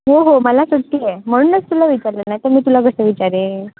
हो हो मला सुट्टी आहे म्हणूनच तुला विचारलं नाही तर मी तुला कसं विचारेन